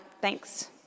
Thanks